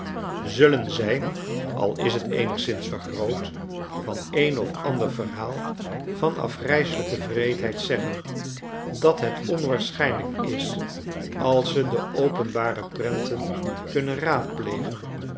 zullen zij al is t eenigszins vergroot van een of ander verhaal van afgrijselijke wreedheid zeggen dat het onwaarschynlijk is als ze de openbare prenten kunnen raadplegen